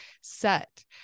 set